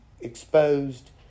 exposed